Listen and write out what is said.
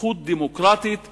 זכות דמוקרטית מוגנת,